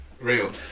Real